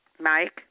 Mike